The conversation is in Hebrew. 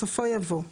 בסופו יבוא - "(א)